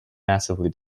massively